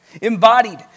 embodied